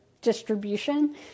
distribution